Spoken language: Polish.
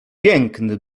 piękny